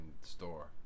store